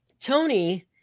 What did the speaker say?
Tony